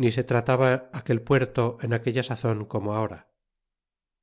ni se trataba aquel puerto en aquella sazon como ahora